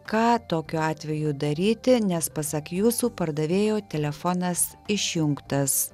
ką tokiu atveju daryti nes pasak jūsų pardavėjo telefonas išjungtas